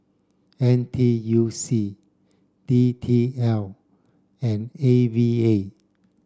N T U C D T L and A V A